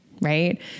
right